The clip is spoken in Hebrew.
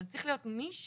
אבל צריך להיות מישהו